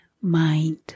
mind